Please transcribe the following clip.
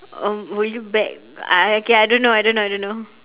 um will you beg uh okay I don't know I don't know I don't know